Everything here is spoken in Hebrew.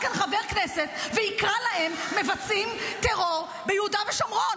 כאן חבר כנסת ויקרא להם "מבצעי טרור" ביהודה ושומרון.